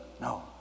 no